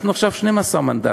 אנחנו עכשיו 12 מנדטים.